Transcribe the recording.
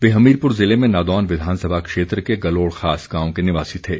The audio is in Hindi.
वे हमीरपुर ज़िले में नादौन विधानसभा क्षेत्र के गलोड़ खास गांव के निवासी थे